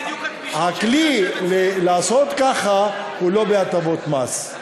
זה בדיוק, הכלי לעשות ככה הוא לא הטבות מס.